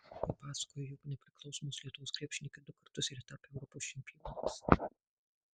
jie pasakoja jog nepriklausomos lietuvos krepšininkai du kartus yra tapę europos čempionais